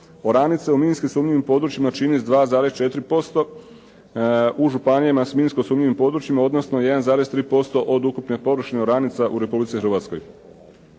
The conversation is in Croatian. Oranice u minski sumnjivim područjima čini s 2,4% u županijama s minski sumnjivim područjima, odnosno 1,3% od ukupne površine oranica u Republici Hrvatskoj.